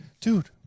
Dude